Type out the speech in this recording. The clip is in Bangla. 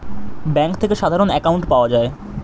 ব্যাঙ্ক থেকে সাধারণ অ্যাকাউন্ট পাওয়া যায়